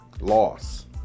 loss